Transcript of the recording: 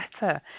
better